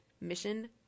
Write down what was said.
mission